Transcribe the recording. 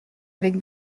avec